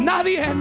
Nadie